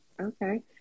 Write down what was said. Okay